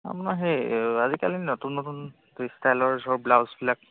আপোনাৰ সেই আজিকালি নতুন নতুন ষ্টাইলৰ চব ব্লাউজবিলাক